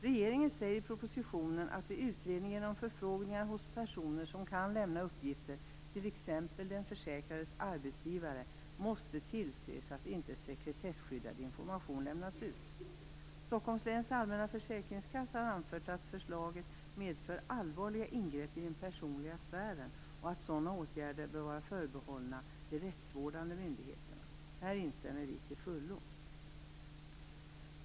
Regeringen säger i propositionen att vid utredning och förfrågningar hos personer som kan lämna uppgifter, t.ex. den försäkrades arbetsgivare, måste tillses att inte sekretesskyddad information lämnas ut. Stockholms läns allmänna försäkringskassa har anfört att förslaget medför allvarliga ingrepp i den personliga sfären och att sådana åtgärder bör vara förbehållna de rättsvårdande myndigheterna. Där instämmer vi till fullo.